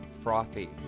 Frothy